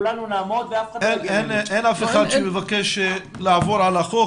אין אף אחד שמבקש לעבור על החוק.